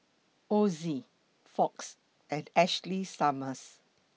Ozi Fox and Ashley Summers